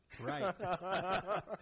Right